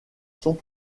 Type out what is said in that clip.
sont